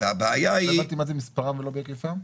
והבעיה היא --- לא הבנתי במספרן בהיקפן?